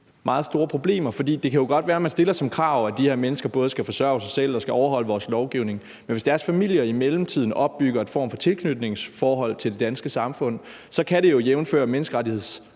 meget store problemer. Det kan godt være, at man stiller som krav, at de her mennesker både skal forsørge sig selv og overholde vores lovgivning, men hvis deres familier i mellemtiden opbygger en form for tilknytningsforhold til det danske samfund, kan det jo, jævnfør menneskerettighedskonventionens